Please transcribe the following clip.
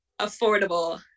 affordable